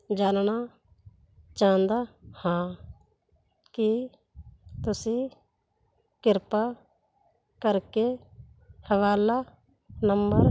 ਜਾਣਨਾ ਚਾਹੁੰਦਾ ਹਾਂ ਕੀ ਤੁਸੀਂ ਕਿਰਪਾ ਕਰਕੇ ਹਵਾਲਾ ਨੰਬਰ